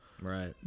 Right